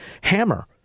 hammer